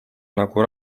nagu